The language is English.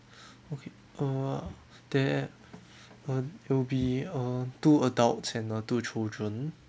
okay err there uh it'll be uh two adults and uh two children